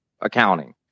accounting